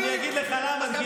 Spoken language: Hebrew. אני אגיד לך למה.